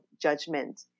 judgment